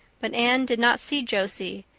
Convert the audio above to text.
but anne did not see josie,